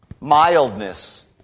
Mildness